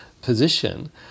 position